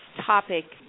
topic